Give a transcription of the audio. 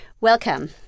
Welcome